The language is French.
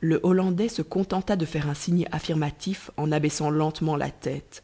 le hollandais se contenta de faire un signe affirmatif en abaissant lentement la tête